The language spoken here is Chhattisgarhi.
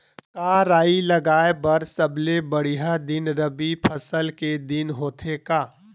का राई लगाय बर सबले बढ़िया दिन रबी फसल के दिन होथे का?